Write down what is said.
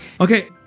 Okay